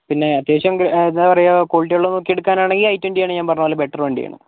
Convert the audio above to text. പിന്നേ അത്യാവശ്യം എന്താ പറയുക ക്വാളിറ്റിയുള്ള നോക്കിയെടുക്കാനാണെങ്കിൽ ഐ ട്വന്റിയാണ് ഞാൻ പറഞ്ഞത് പോലെ ബെറ്റർ വണ്ടിയാണ്